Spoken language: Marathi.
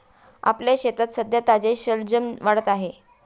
आपल्या शेतात सध्या ताजे शलजम वाढत आहेत